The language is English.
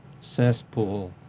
cesspool